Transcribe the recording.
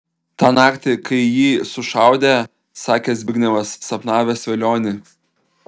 tą naktį kai jį sušaudė sakė zbignevas sapnavęs velionį